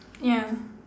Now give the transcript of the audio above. ya